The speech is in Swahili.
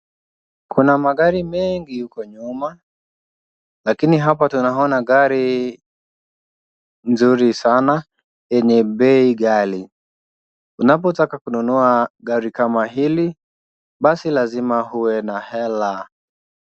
Kuna magari mengi huko nyuma lakini hapa tunaona gari nzuri sana yenye bei ghali. Unapotaka kununua gari kama hili, basi lazima uwe na hela.